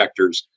vectors